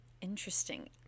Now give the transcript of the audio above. interesting